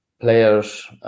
players